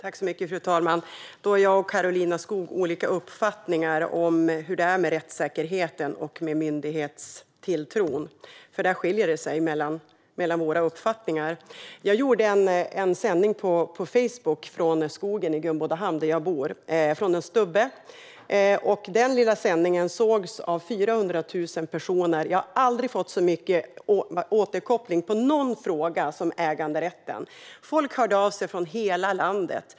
Fru talman! Jag och Karolina Skog har olika uppfattningar om hur det är med rättssäkerheten och myndighetstilltron. Jag gjorde en sändning på Facebook från en stubbe i skogen i Gumbodahamn, där jag bor. Den lilla sändningen sågs av 400 000 personer. Jag har aldrig fått så mycket återkoppling i någon fråga som jag fått när det gäller äganderätten. Folk hörde av sig från hela landet.